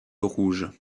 rouge